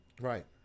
Right